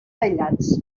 aïllats